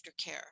aftercare